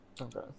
Okay